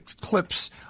clips